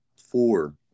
four